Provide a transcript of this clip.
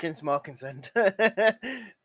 Markinson